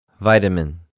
vitamin